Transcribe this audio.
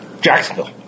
Jacksonville